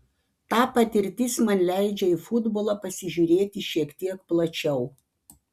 ta patirtis man leidžia į futbolą pasižiūrėti šiek tiek plačiau